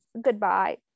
goodbye